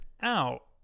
out